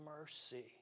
mercy